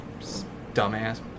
Dumbass